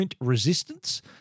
resistance